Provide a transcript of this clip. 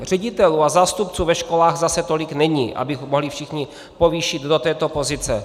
Ředitelů a zástupců ve školách zase tolik není, aby mohli všichni povýšit do této pozice.